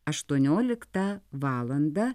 aštuonioliktą valandą